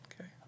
Okay